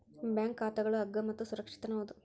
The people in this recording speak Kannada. ಬ್ಯಾಂಕ್ ಖಾತಾಗಳು ಅಗ್ಗ ಮತ್ತು ಸುರಕ್ಷಿತನೂ ಹೌದು